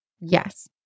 Yes